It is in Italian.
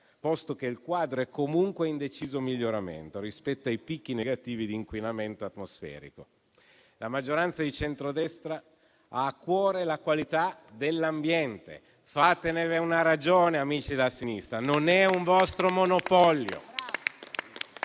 posto che il quadro è comunque in deciso miglioramento rispetto ai picchi negativi di inquinamento atmosferico. La maggioranza di centrodestra ha a cuore la qualità dell'ambiente. Fatevene una ragione, amici della sinistra: non è un vostro monopolio.